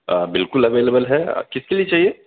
بالکل اویلیبل ہے کس کے لیے چاہیے